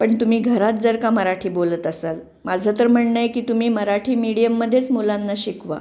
पण तुम्ही घरात जर का मराठी बोलत असाल माझं तर म्हणणं आहे की तुम्ही मराठी मीडियममध्येच मुलांना शिकवा